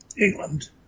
England